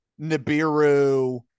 Nibiru